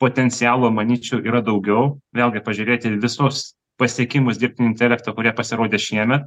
potencialo manyčiau yra daugiau vėlgi pažiūrėti ir visos pasiekimus dirbtinio intelekto kurie pasirodė šiemet